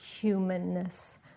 humanness